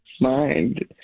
mind